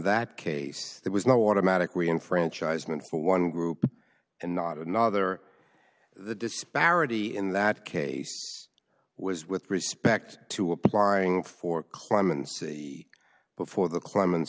that case there was no automatic rian franchise meant for one group and not another the disparity in that case was with respect to applying for clemency before the clemen